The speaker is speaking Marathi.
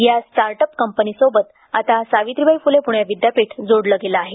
या स्टार्टअप कंपनीसोबत आता सावित्रीबाई फुले पुणे विद्यापीठ जोडले गेले आहे